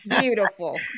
Beautiful